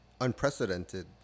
unprecedented